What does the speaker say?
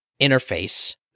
interface